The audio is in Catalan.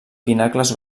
pinacles